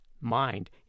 mind